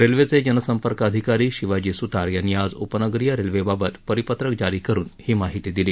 रेल्वेचे जनसंपर्क अधिकारी शिवाजी सुतार यांनी आज उपनगरीय रेल्वेबाबत परिपत्रक जारी करुन ही माहिती दिली